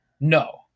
No